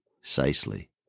Precisely